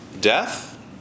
death